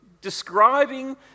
describing